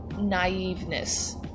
naiveness